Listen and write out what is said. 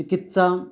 चिकित्सां